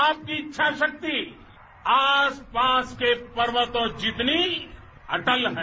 आपकी इच्छा शक्ति आस पास के पर्वतों जितनी अटल है